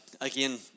again